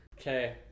Okay